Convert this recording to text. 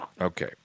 Okay